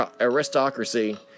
aristocracy